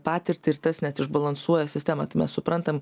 patirtį ir tas net išbalansuoja sistemą tai mes suprantam